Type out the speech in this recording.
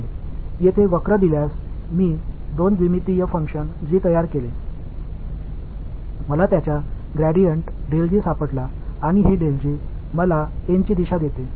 இங்கே வளைவு கொடுக்கப்பட்டால் நான் ஒரு இரு டைமென்ஷன் பங்க்ஷன் g உருவாக்கினேன் நான் அதன் க்ராடிஎன்ட் மற்றும் கண்டுபிடித்தேன் இது எனக்கு n இன் திசையை தருகிறது